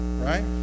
right